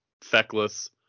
feckless